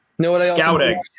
Scouting